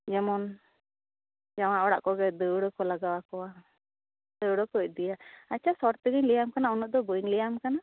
ᱡᱮᱢᱚᱱ ᱡᱟᱶᱟᱭ ᱚᱲᱟᱜ ᱠᱚᱜᱮ ᱫᱟᱹᱣᱲᱟᱹ ᱠᱚ ᱞᱟᱜᱟᱣ ᱟᱠᱚᱣᱟ ᱫᱟᱹᱣᱲᱟᱹ ᱠᱚ ᱤᱫᱤᱭᱟ ᱟᱪᱪᱷᱟ ᱥᱚᱴ ᱛᱮᱜᱮᱧ ᱞᱟᱹᱭᱟᱢ ᱠᱟᱱᱟ ᱩᱱᱟᱹᱜ ᱫᱚ ᱵᱟᱹᱧ ᱞᱟᱹᱭᱟᱢ ᱠᱟᱱᱟ